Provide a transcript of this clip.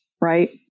Right